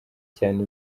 cyane